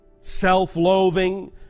self-loathing